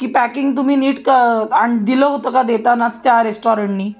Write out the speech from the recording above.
की पॅकिंग तुम्ही नीट क दिलं होतं का देतानाच त्या रेस्टॉरंटने